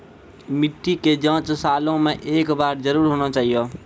मिट्टी के जाँच सालों मे एक बार जरूर होना चाहियो?